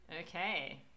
Okay